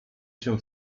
się